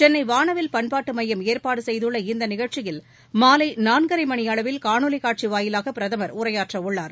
சென்னை வானவில் பண்பாட்டு மையம் ஏற்பாடு செய்துள்ள இந்த நிகழ்ச்சியில் மாலை நான்கரை மணி அளவில் காணொலிக் காட்சி வாயிலாக பிரதமர் உரையாற்றவுள்ளார்